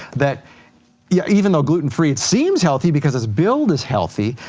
that yeah even though gluten free seems healthy because it's built as healthy,